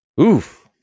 Oof